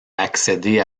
accéder